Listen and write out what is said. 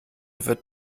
wird